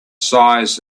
size